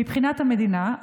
מבחינת המדינה,